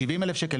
70,000 שקל,